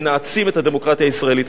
ונעצים את הדמוקרטיה הישראלית.